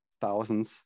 thousands